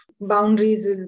boundaries